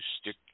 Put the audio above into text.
stick